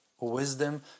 wisdom